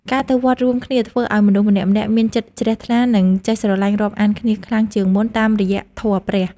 ការទៅវត្តរួមគ្នាធ្វើឱ្យមនុស្សម្នាក់ៗមានចិត្តជ្រះថ្លា និងចេះស្រឡាញ់រាប់អានគ្នាខ្លាំងជាងមុនតាមរយៈធម៌ព្រះ។